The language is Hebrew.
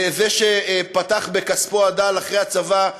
את זה הוא פתח בכספו הדל, אחרי הצבא.